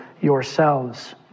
yourselves